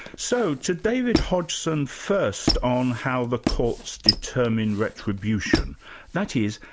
so to david hodgson first on how the courts determine retribution that is,